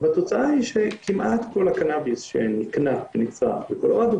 והתוצאה היא שכמעט כל הקנאביס שנקנה ונצרך בקולורדו